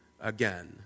again